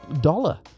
dollar